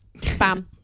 spam